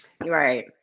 Right